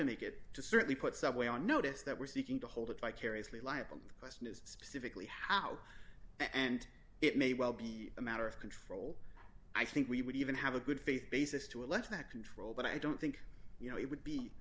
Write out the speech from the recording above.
to make it to certainly put subway on notice that we're seeking to hold it vicariously liable the question is specifically how and it may well be a matter of control i think we would even have a good faith basis to allege that control but i don't think you know it would be